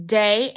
day